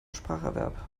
spracherwerb